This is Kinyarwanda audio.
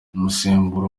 imisemburo